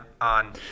on